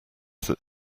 that